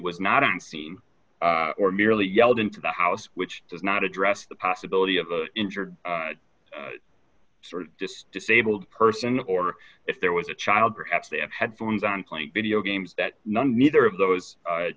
scene or merely yelled into the house which does not address the possibility of the injured sort of just disabled person or if there was a child perhaps they have headphones on playing video games that none neither of those